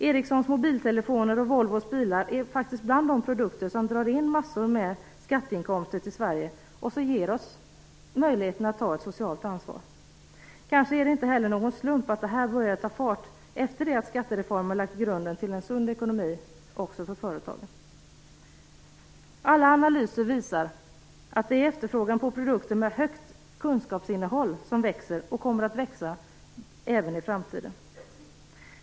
Ericssons mobiltelefoner och Volvos bilar hör faktiskt till de produkter som drar in massor med skatteinkomster till Sverige och som ger oss möjligheten att ta ett socialt ansvar. Kanske är det heller inte någon slump av det här började ta fart efter det att skattereformen lagt grunden till en sund ekonomi också för företagen. Alla analyser visar att det är efterfrågan på produkter med högt kunskapsinnehåll som växer och som kommer att växa även i framtiden.